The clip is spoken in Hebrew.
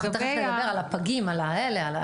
אנחנו תכף נדבר על הפגים, על האלה.